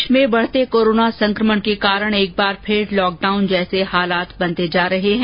प्रदेश में बढ़ते कोरोना संक्रमण के कारण एक बार फिर लॉकडाउन जैसे हालात बनते जा रहे हैं